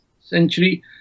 century